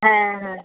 ᱦᱮᱸ ᱦᱮᱸ